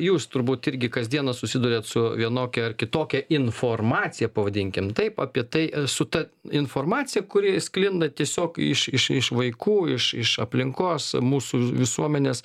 jūs turbūt irgi kas dieną susiduriat su vienokia ar kitokia informacija pavadinkim taip apie tai su ta informacija kuri sklinda tiesiog iš iš iš vaikų iš iš aplinkos mūsų visuomenės